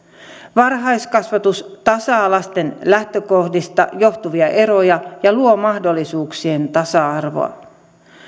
varhaiskasvatus tasaa lasten lähtökohdista johtuvia eroja ja luo mahdollisuuksien tasa arvoa